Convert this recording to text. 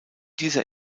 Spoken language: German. dieser